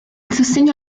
sostegno